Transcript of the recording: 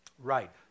Right